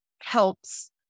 helps